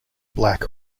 black